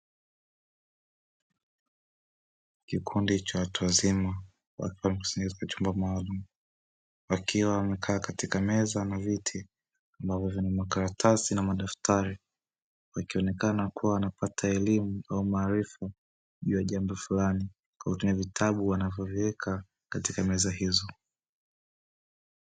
Kikundi cha watu wazima wakiwa wamekusanyika katika chumba maalumu wakiwa wamekaa katika meza na viti ambavyo vina makaratasi na madaftari, wakionekana kuwa wanapata elimu au maarifa juu ya jambo fulani kwa kutumia vitabu wanavyoviweka katika meza hizo.